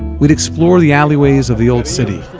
we'd explore the alleyways of the old city,